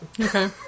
okay